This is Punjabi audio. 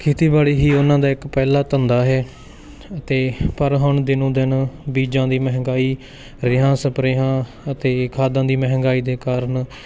ਖੇਤੀਬਾੜੀ ਹੀ ਉਨ੍ਹਾਂ ਦਾ ਇੱਕ ਪਹਿਲਾਂ ਧੰਦਾ ਹੈ ਅਤੇ ਪਰ ਹੁਣ ਦਿਨੋਂ ਦਿਨ ਬੀਜਾਂ ਦੀ ਮਹਿੰਗਾਈ ਰੇਹਾਂ ਸਪਰੇਹਾਂ ਅਤੇ ਖਾਦਾਂ ਦੀ ਮਹਿੰਗਾਈ ਦੇ ਕਾਰਨ